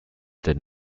did